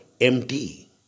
empty